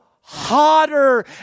hotter